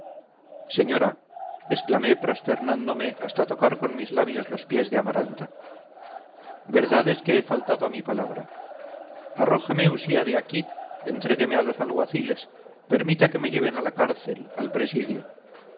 mi falta señora exclamé prosternándome hasta tocar con mis labios los pies de amaranta verdad es que he faltado a mi palabra arrójeme usía de aquí entrégueme a los alguaciles permita que me lleven a la cárcel al presidio